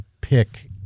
pick